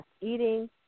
Eating